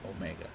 Omega